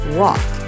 walk